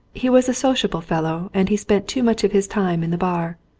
he was a sociable fellow and he spent too much of his time in the bar.